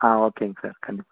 ஆ ஓகேங்க சார் கண்டிப்பாக